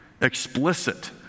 explicit